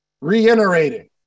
reiterating